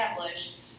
established